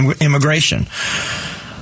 immigration